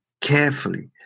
carefully